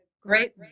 great